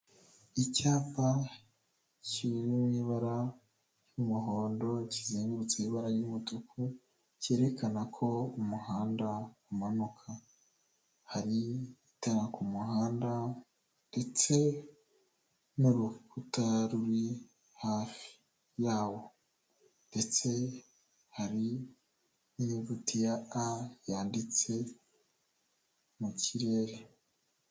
Icyapa kiri mu ibara ry'umuhondo kizengurutseho ibara ry'umutuku cyerekana ko umuhanda umanuka, hari itara ku muhanda ndetse n'urukuta ruri hafi yawo ndetse hari n'inyuguti ya a yanditse mu kirere.